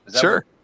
sure